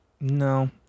No